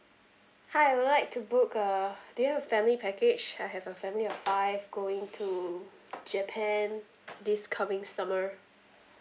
hi I would like to book a do you have family package I have a family of five going to japan this coming summer